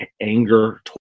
anger